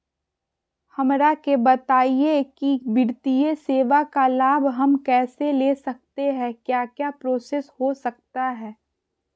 हमरा के बताइए की वित्तीय सेवा का लाभ हम कैसे ले सकते हैं क्या क्या प्रोसेस हो सकता है?